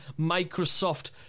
Microsoft